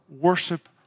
worship